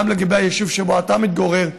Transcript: גם לגבי היישוב שבו אתה מתגורר,